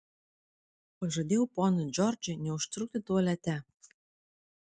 pažadėjau ponui džordžui neužtrukti tualete